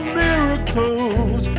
miracles